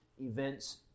events